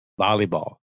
volleyball